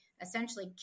essentially